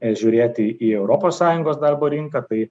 žiūrėti į europos sąjungos darbo rinką tai